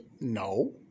No